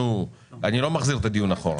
אני לא מחזיר את הדיון אחורה.